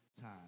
time